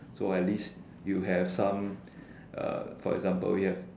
so at least you have some uh for example we have